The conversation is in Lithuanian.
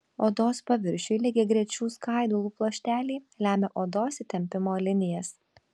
odos paviršiui lygiagrečių skaidulų pluošteliai lemia odos įtempimo linijas